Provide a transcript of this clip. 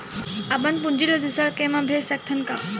अपन पूंजी ला दुसर के मा भेज सकत हन का?